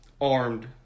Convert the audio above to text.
armed